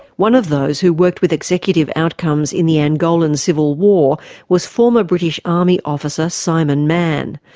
one of those who worked with executive outcomes in the angolan civil war was former british army officer, simon mann.